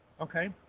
Okay